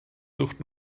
sucht